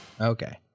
okay